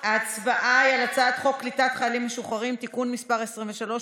ההצבעה היא על הצעת חוק קליטת חיילים משוחררים (תיקון מס' 23,